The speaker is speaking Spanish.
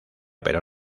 pero